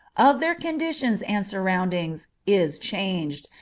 of their conditions and surroundings, is changed,